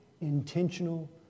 intentional